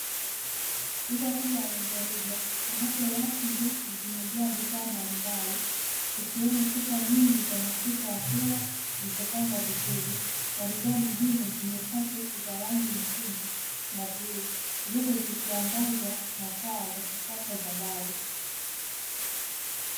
Duka kubwa la rejareja, ambapo rafu ndefu zimejaa bidhaa mbalimbali, ikiwemo chupa nyingi za mafuta ya kula zilizopangwa vizuri na bidhaa nyingine zenye pakiti za rangi nyekundu na bluu. Zote zikiangazwa na taa za kisasa za dari.